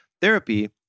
Therapy